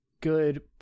good